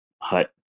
hut